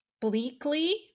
Bleakly